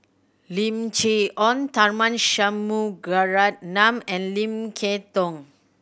Lim Chee Onn Tharman Shanmugaratnam and Lim Kay Tong